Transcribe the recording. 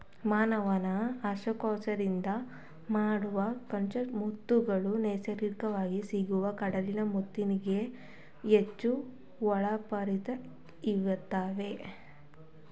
ಮಾನವ ಹಸ್ತಕ್ಷೇಪದಿಂದ ಮಾಡಿದ ಕಲ್ಚರ್ಡ್ ಮುತ್ತುಗಳು ನೈಸರ್ಗಿಕವಾಗಿ ಸಿಗುವ ಕಡಲ ಮುತ್ತಿಗಿಂತ ಹೆಚ್ಚು ಹೊಳಪಾಗಿ ಇರುತ್ತವೆ